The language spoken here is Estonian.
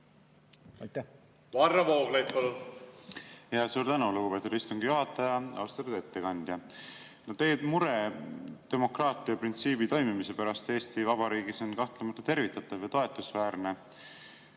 Varro Vooglaid, palun! Suur tänu, lugupeetud istungi juhataja! Austatud ettekandja! Teie mure demokraatia printsiibi toimimise pärast Eesti Vabariigis on kahtlemata tervitatav ja toetusväärne.